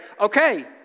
okay